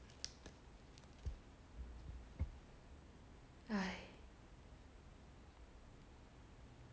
!hais!